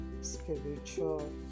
Spiritual